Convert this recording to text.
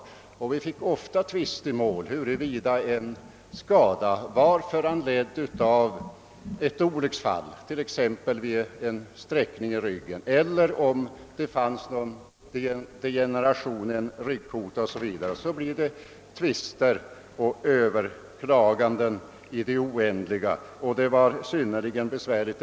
Det uppstod ofta tvistemål och överklaganden i det oändliga huruvida en skada var föranledd av ett olycksfall, t.ex. en sträckning i ryggen, eller av en degeneration i ryggkotorna o.s. v. Det hela var synnerligen besvärligt.